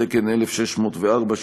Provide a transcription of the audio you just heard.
תקן 1604,